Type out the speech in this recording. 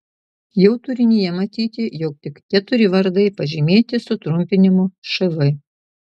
jau turinyje matyti jog tik keturi vardai pažymėti sutrumpinimu šv